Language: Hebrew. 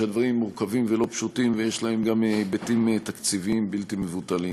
הדברים מורכבים ולא פשוטים ויש להם גם היבטים תקציביים בלתי מבוטלים.